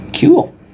Cool